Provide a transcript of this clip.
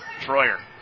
Troyer